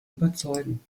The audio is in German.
überzeugen